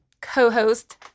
co-host